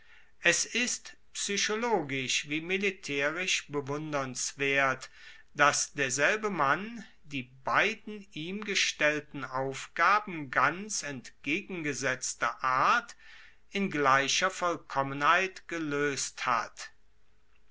es ist psychologisch wie militaerisch bewundernswert dass derselbe mann die beiden ihm gestellten aufgaben ganz entgegengesetzter art in gleicher vollkommenheit geloest hat